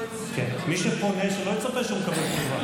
מי שפונה, שלא יצפה שלא יקבל תשובה.